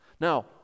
Now